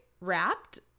wrapped